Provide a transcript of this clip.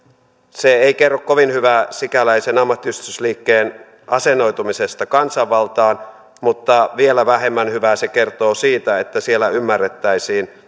se ei kerro kovin hyvää sikäläisen ammattiyhdistysliikkeen asennoitumisesta kansanvaltaan mutta vielä vähemmän hyvää se kertoo siitä että siellä ymmärrettäisiin